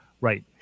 Right